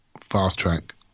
fast-track